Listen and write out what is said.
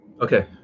Okay